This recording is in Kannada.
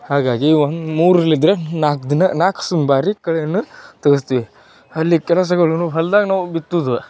ಹಾಗಾಗಿ ಒಂದು ಮೂರಲಿದ್ರೆ ನಾಲ್ಕು ದಿನ ನಾಲ್ಕು ಸು ಮ್ ಬಾರಿ ಕಳೆಯನ್ನು ತೆಗೆಸ್ತೀವಿ ಅಲ್ಲಿ ಕೆಲಸಗಳನ್ನು ಹೊಲ್ದಾಗ ನಾವು ಬಿತ್ತುವುದು